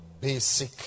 basic